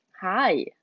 hi